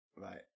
right